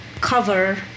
cover